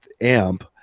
amp